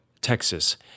Texas